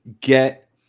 get